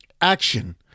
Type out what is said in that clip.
action